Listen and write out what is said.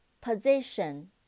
Position